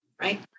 Right